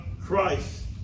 Christ